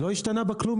לא השתנה בה כלום,